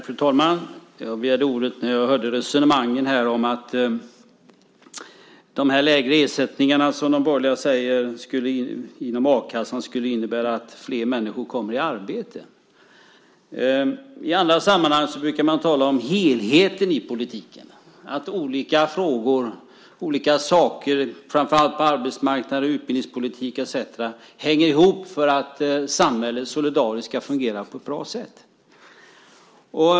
Fru talman! Jag begärde ordet när jag hörde resonemangen om att de lägre ersättningarna inom a-kassan skulle, som de borgerliga säger, innebära att flera människor kommer i arbete. I andra sammanhang brukar man tala om helheten i politiken, att olika saker, framför allt inom arbetsmarknads och utbildningspolitik etcetera, hänger ihop för att samhället solidariskt ska fungera på ett bra sätt.